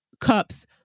cups